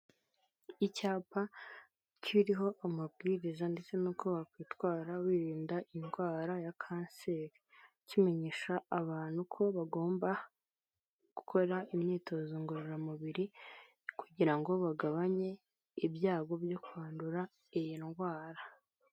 Icyapa kiriho amabwiriza ndetse n'uko wakwitwara wiririnda indwara ya kanseri, kimenyesha abantu ko bagomba gukora imyitozo ngororamubiri kugira ngo bagabanye ibyago byo kwandura iyi ndwara.